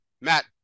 Matt